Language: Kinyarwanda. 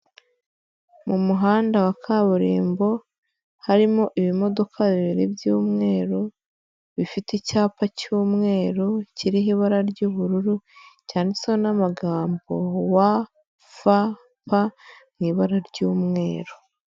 Mu muhanda wa kaburimbo harimo ibi modoka bibiri by'umweru bifite icyapa cy'umweru kiriho ibara ry'ubururu, cyanditseho n'amagambo "wa, fa, pa" mu ibara ry'umweru.